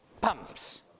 pumps